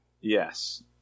Yes